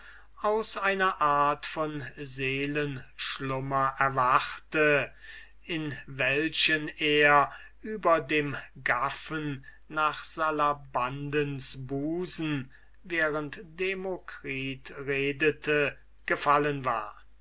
aus einer art von seelenschlummer erwachte in welchen er über dem gaffen nach salabandas busen während daß demokritus redete gefallen war